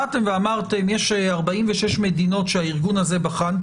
אמרתם הארגון הזה בחן 46 מדינות.